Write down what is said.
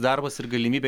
darbas ir galimybė